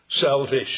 salvation